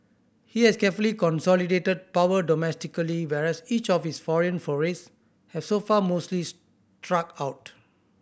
he has carefully consolidated power domestically whereas each of his foreign forays have so far mostly struck out